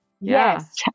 Yes